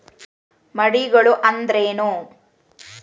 ಮಂಡಿಗಳು ಅಂದ್ರೇನು?